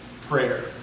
prayer